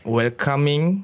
welcoming